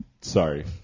Sorry